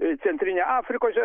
centrinėj afrikoj